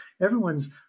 Everyone's